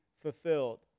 fulfilled